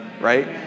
right